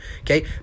Okay